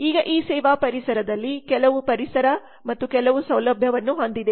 ಈಗ ಈ ಸೇವಾ ಪರಿಸರದಲ್ಲಿ ಕೆಲವು ಪರಿಸರ ಮತ್ತು ಕೆಲವು ಸೌಲಭ್ಯವನ್ನು ಹೊಂದಿದೆ